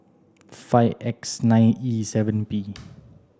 five X nine E seven P